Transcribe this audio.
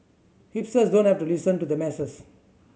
hipsters don't have to listen to the masses